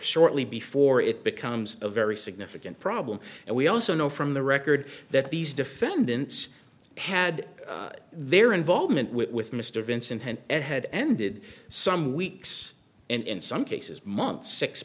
shortly before it becomes a very significant problem and we also know from the record that these defendants had their involvement with mr vincent and had ended some weeks and in some cases months six